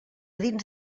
dins